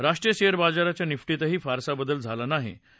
राष्ट्र शेअर बाजाराच्या निफ्टत्ति फारसा बदल झासा नाहा